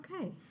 Okay